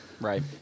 Right